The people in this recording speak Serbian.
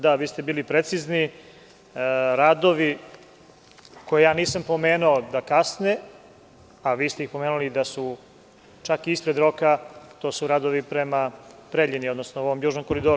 Da, vi ste bili precizni, radovi koje ja nisam pomenuo da kasne, a vi ste pomenuli da su čak ispred roka, to su radovi prema Preljini, odnosno Južnom koridoru.